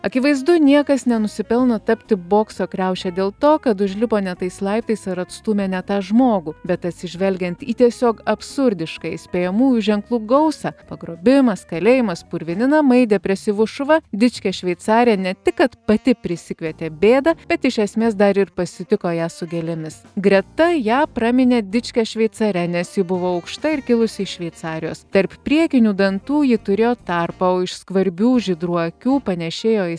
akivaizdu niekas nenusipelno tapti bokso kriauše dėl to kad užlipo ne tais laiptais ir atstūmė ne tą žmogų bet atsižvelgiant į tiesiog absurdišką įspėjamųjų ženklų gausą pagrobimas kalėjimas purvini namai depresyvus šuva dičkė šveicarė ne tik kad pati prisikvietė bėdą bet iš esmės dar ir pasitiko ją su gėlėmis greta ją praminė dičke šveicare nes ji buvo aukšta ir kilusi iš šveicarijos tarp priekinių dantų ji turėjo tarpą o iš skvarbių žydrų akių panėšėjo į